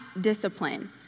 discipline